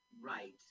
Right